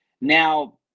now